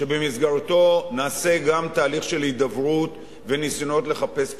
שבמסגרתו נעשה גם תהליך של הידברות וניסיונות לחפש פשרה.